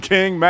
King